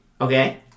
Okay